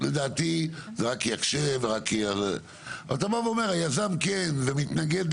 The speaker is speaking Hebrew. לדעתי זה רק יקשה, אתה בא ואומר היזם כן ומתנגד.